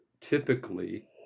typically